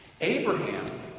Abraham